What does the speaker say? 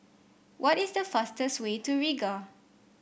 what is the fastest way to Riga